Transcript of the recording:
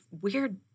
weird